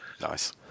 nice